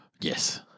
Yes